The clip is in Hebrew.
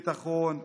ביטחון ושגשוג.